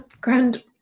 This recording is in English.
grand